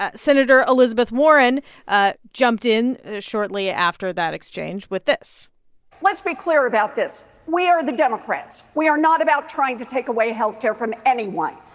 ah senator elizabeth warren ah jumped in shortly after that exchange with this let's be clear about this. we are the democrats. we are not about trying to take away health care from anyone.